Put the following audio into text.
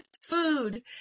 food